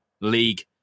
league